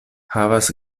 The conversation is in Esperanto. havas